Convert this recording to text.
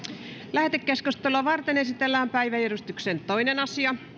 lähetekeskustelua varten esitellään päiväjärjestyksen toinen asia